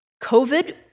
covid